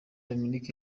dominic